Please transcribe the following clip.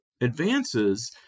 advances